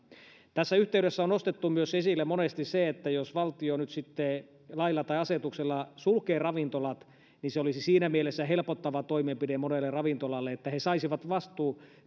tässä yhteydessä on nostettu esille monesti myös se että jos valtio nyt sitten lailla tai asetuksella sulkee ravintolat niin se olisi siinä mielessä helpottava toimenpide monelle ravintolalle että he saisivat